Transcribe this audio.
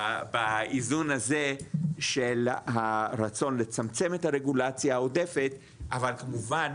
באיזון הזה של הרצון לצמצם את הרגולציה העודפת אבל כמובן